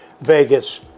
Vegas